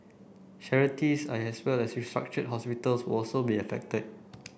charities as well as restructured hospitals will also be affected